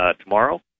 tomorrow